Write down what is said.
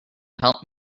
help